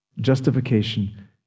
Justification